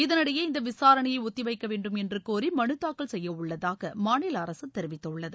இதளிடையே இந்த விசாரணையை ஒத்திவைக்கவேண்டும் என்று கோரி மனுதாக்கல் செய்யவுள்ளதாக மாநில அரசு தெரிவித்துள்ளது